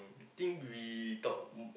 think we talk